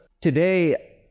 today